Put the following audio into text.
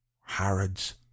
Harrods